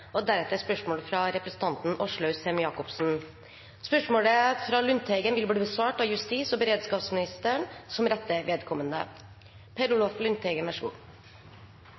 og sosialministeren, vil bli besvart av justis- og beredskapsministeren som rette vedkommende.